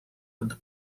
with